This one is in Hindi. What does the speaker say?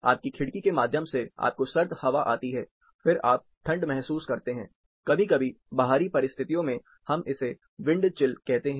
आपकी खिड़की के माध्यम से आपको सर्द हवा आती है फिर आप ठंड महसूस करते हैं कभी कभी बाहरी परिस्थितियों में हम इसे विंड चिल कहते हैं